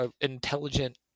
intelligent